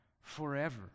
forever